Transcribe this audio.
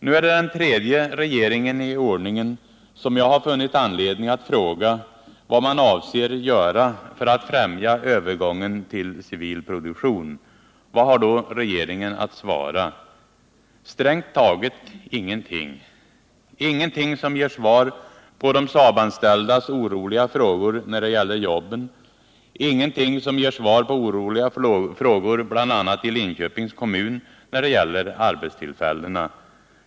Nu ärdet den tredje regeringen i ordningen som jag har funnit anledning att fråga vad man avser att göra för att främja övergången till civil produktion. Vad har då regeringen svarat? Strängt taget ingenting! Ingenting som ger svar på de Saabanställdas oroliga frågor när det gäller jobben. Ingenting som ger svar på oroliga frågor bl.a. i Linköpings kommun när det gäller arbetstillfällena.